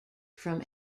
from